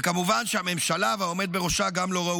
וכמובן שהממשלה והעומד בראשה גם לא ראו